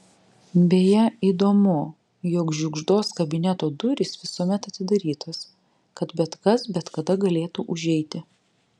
beje įdomu jog žiugždos kabineto durys visuomet atidarytos kad bet kas bet kada galėtų užeiti